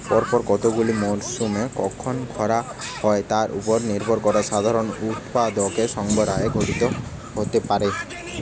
পরপর কতগুলি মরসুমে কতবার খরা হয় তার উপর নির্ভর করে সাধারণত উৎপাদন সরবরাহের ঘাটতি হতে পারে